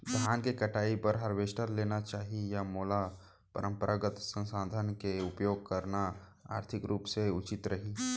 धान के कटाई बर हारवेस्टर लेना चाही या मोला परम्परागत संसाधन के उपयोग करना आर्थिक रूप से उचित रही?